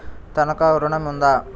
తనఖా ఋణం ఉందా?